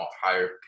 higher